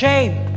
Shame